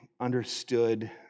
understood